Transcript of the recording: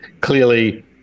Clearly